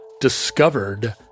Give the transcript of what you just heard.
discovered